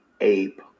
Ape